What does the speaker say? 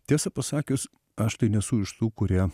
tiesą pasakius aš tai nesu iš tų kurie